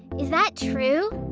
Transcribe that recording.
is that true?